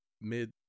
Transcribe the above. mid